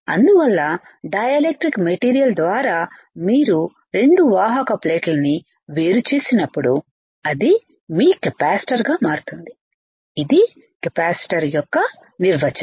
అందువల్ల dielectric material ద్వారా మీరు రెండు వాహక ప్లేట్ల ని వేరు చేసినప్పుడు అది మీ కెపాసిటర్ గా మారుతుంది ఇది కెపాసిటర్ యొక్క నిర్వచనం